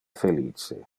felice